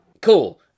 Cool